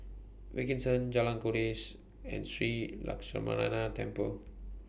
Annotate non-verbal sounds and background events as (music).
Wilkinson Jalan Kandis and Sri (unintelligible) Temple